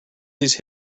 these